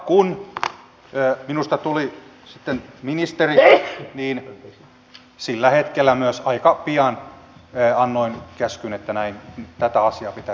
kun minusta tuli sitten ministeri niin sillä hetkellä myös aika pian annoin käskyn että näin tätä asiaa pitää ruveta kehittämään